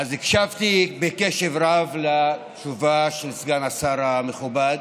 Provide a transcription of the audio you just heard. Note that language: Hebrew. אז הקשבתי בקשב רב לתשובה של סגן השר המכובד.